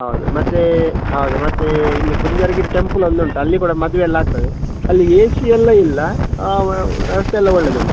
ಹೌದು ಮತ್ತು ಹೌದು ಮತ್ತು ಇಲ್ಲಿ ಕುಂಜರಿಗಿರಿ ಟೆಂಪಲ್ ಒಂದು ಉಂಟು ಅಲ್ಲಿ ಕೂಡ ಮದುವೆ ಎಲ್ಲ ಆಗ್ತದೆ ಅಲ್ಲಿ ಎ ಸಿ ಎಲ್ಲ ಇಲ್ಲ ರಸ್ತೆ ಎಲ್ಲ ಒಳ್ಳೆಯದುಂಟು